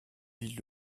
villes